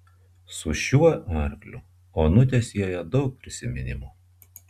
su šiuo arkliu onutę sieja daug prisiminimų